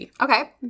Okay